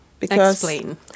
Explain